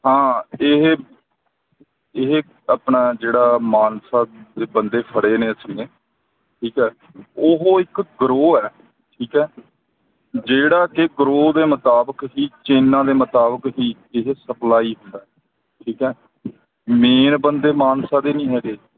ਹਾਂ ਇਹ ਇਹ ਆਪਣਾ ਜਿਹੜਾ ਮਾਨਸਾ ਦੇ ਬੰਦੇ ਫੜੇ ਨੇ ਅਸੀਂ ਨੇ ਠੀਕ ਹੈ ਉਹ ਇੱਕ ਗਰੋਹ ਹੈ ਠੀਕ ਹੈ ਜਿਹੜਾ ਕਿ ਗਰੋਹ ਦੇ ਮੁਤਾਬਕ ਹੀ ਚੇਨਾ ਦੇ ਮੁਤਾਬਕ ਹੀ ਇਹ ਸਪਲਾਈ ਹੁੰਦਾ ਠੀਕ ਹੈ ਮੇਨ ਬੰਦੇ ਮਾਨਸਾ ਦੀ ਨਹੀਂ ਹੈਗੇ